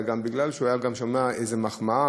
אלא גם הוא היה גם שומע איזו מחמאה,